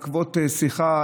בעקבות שיחה,